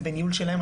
זה בניהול שלהם,